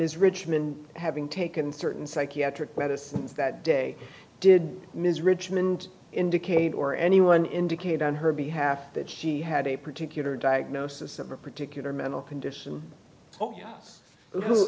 ms richmond having taken certain psychiatric medicines that day did ms richmond indicate or anyone indicated on her behalf that she had a particular diagnosis of a particular mental condition